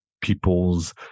people's